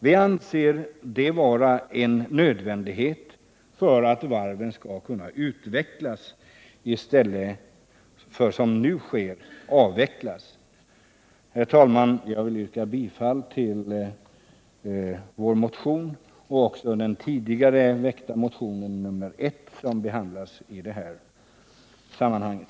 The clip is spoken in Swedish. Vi anser det vara en nödvändighet för att varven skall kunna utvecklas i stället för, som nu sker, att varven avvecklas. Herr talman! Jag yrkar bifall till vår motion nr 142 och till vår tidigare väckta motion nr I som också behandlas i det här sammanhanget.